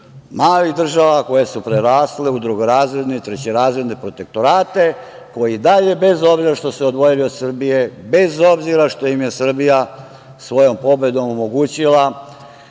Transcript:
malih država koje su prerasle u drugorazredne i trećerazredne protektorate, koji i dalje, bez obzira što su se odvojili od Srbije, bez obzira što im je Srbija svojom pobedom omogućila